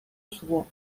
suo